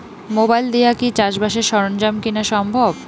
Mobile দিয়া কি চাষবাসের সরঞ্জাম কিনা সম্ভব?